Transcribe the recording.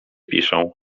piszą